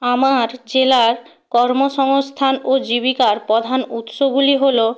আমার জেলার কর্মসংস্থান ও জীবিকার প্রধান উৎসগুলি হল